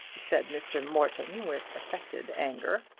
said mr. morton with affected anger.